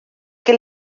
que